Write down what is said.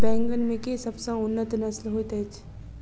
बैंगन मे केँ सबसँ उन्नत नस्ल होइत अछि?